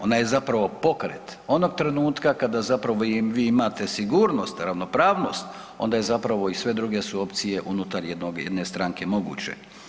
Ona je zapravo pokret onog trenutka kada zapravo vi imate sigurnost, ravnopravnost onda zapravo i sve druge su opcije unutar jedne stranke moguće.